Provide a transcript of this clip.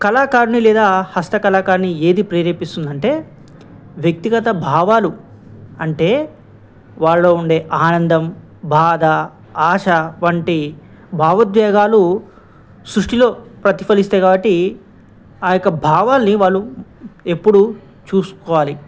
కళాకారుని లేదా హస్త కళాకారుని ఏది ప్రేరేపిస్తుందంటే వ్యక్తిగత భావాలు అంటే వాళ్లో ఉండే ఆనందం బాధ ఆశ వంటి భావోద్వేగాలు సృష్టిలో ప్రతిఫలిస్తాయి కాబట్టి ఆ యొక్క భావాల్ని వాళ్ళు ఎప్పుడూ చూసుకోవాలి